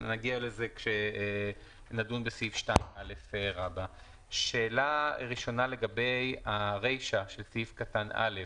נגיע לזה כשנדון בסעיף 2א. שאלה ראשונה לגבי הרישה של סעיף קטן (א).